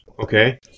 okay